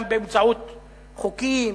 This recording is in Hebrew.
גם באמצעות חוקים,